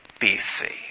BC